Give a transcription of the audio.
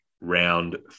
round